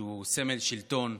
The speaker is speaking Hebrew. שהוא סמל שלטון,